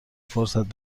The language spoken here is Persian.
فرصت